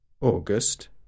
August